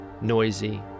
noisy